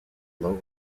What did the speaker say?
low